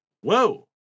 whoa